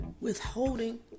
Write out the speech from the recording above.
Withholding